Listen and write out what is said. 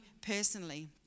personally